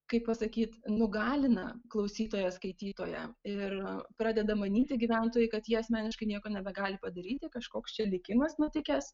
kaip pasakyt nugalina klausytoją skaitytoją ir pradeda manyti gyventojai kad jie asmeniškai nieko nebegali padaryti kažkoks čia likimas nutikęs